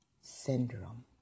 syndrome